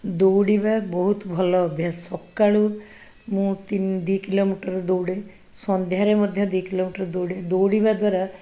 ଦୌଡ଼ିବା ବହୁତ ଭଲ ଅଭ୍ୟାସ ସକାଳୁ ମୁଁ ତିନି ଦୁଇ କିଲୋମିଟର୍ ଦୌଡ଼େ ସନ୍ଧ୍ୟାରେ ମଧ୍ୟ ଦୁଇ କିଲୋମିଟର୍ ଦୌଡ଼େ ଦୌଡ଼ିବା ଦ୍ୱାରା